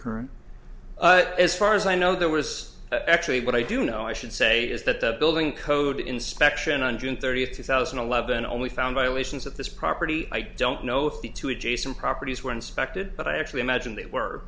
current but as far as i know there was actually what i do know i should say is that the building code inspection on june thirtieth two thousand and eleven only found violations at this property i don't know if the two adjacent properties were inspected but i actually imagine they were